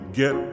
get